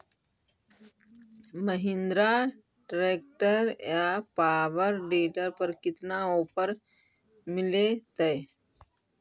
Mahindra tractor या power dealer पर कितना ओफर मीलेतय?